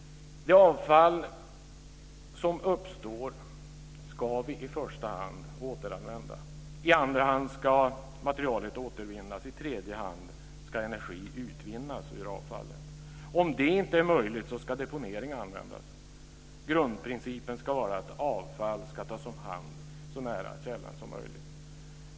Det avfall som uppstår ska vi i första hand återanvända. I andra hand ska materialet återvinnas, och i tredje hand ska energi utvinnas ur avfallet. Om det inte är möjligt ska deponering användas. Grundprincipen ska vara att avfall ska tas om hand så nära källan som möjligt.